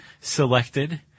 selected